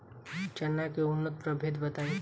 चना के उन्नत प्रभेद बताई?